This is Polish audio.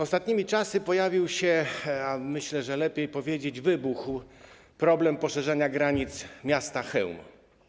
Ostatnimi czasy pojawił się, a myślę, że lepiej powiedzieć: wybuchł problem poszerzenia granic miasta Chełm.